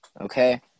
Okay